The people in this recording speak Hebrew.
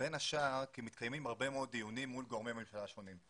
בין שאר כי מתקיימים הרבה מאוד דיונים מול גורמי ממשלה שונים.